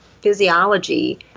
physiology